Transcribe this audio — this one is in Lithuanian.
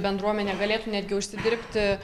bendruomenė galėtų netgi užsidirbti